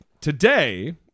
today